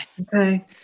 Okay